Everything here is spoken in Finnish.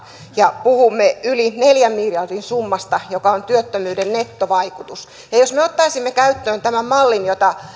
ja puhumme yli neljän miljardin summasta joka on työttömyyden nettovaikutus jos me ottaisimme käyttöön tämän mallin jota